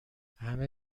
همه